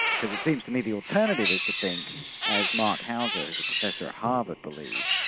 because it seems to me the alternative is to think as marc hauser, who's a professor at harvard believes,